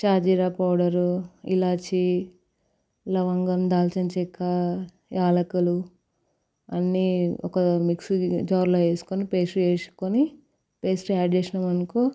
సాజీరా powder ఇలాచి లవంగం దాల్చిన చెక్క యాలకులు అన్ని ఒక మిక్సీ జార్లో ఏసుకొని పేస్ట్ చేసుకొని పేస్ట్ యాడ్ చేసినామనుకో